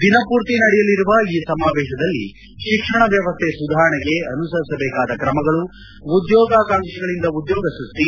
ದಿನಪೂರ್ತಿ ನಡೆಯಲಿರುವ ಈ ಸಮಾವೇಶದಲ್ಲಿ ಶಿಕ್ಷಣ ವ್ಯವಸ್ಥೆ ಸುಧಾರಣೆಗೆ ಅನುಸರಿಸಬೇಕಾದ ಕ್ರಮಗಳು ಉದ್ಯೋಗಾಕಾಂಕ್ಸಿಯಿಂದ ಉದ್ಯೋಗ ಸ್ಕಷ್ನಿ